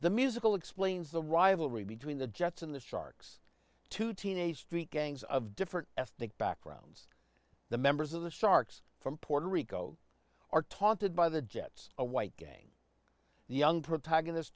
the musical explains the rivalry between the jets and the sharks to teenage street gangs of different ethnic backgrounds the members of the sharks from puerto rico are taunted by the jets a white gang the young protagonist